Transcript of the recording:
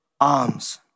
arms